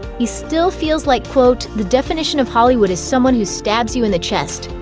he still feels like, quote, the definition of hollywood is someone who stabs you in the chest.